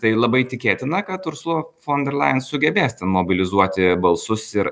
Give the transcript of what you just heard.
tai labai tikėtina kad ursula fon der layen sugebės ten mobilizuoti balsus ir